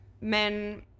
men